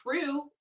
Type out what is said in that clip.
true